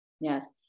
Yes